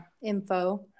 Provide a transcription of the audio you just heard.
info